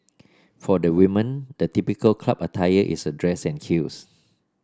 for the women the typical club attire is a dress and heels